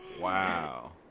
Wow